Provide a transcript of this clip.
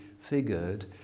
figured